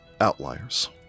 outliers